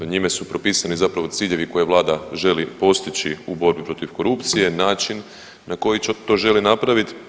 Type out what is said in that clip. Njime su pripisani zapravo ciljevi koje Vlada želi postići u borbi protiv korupcije, način na koji to žele napravit.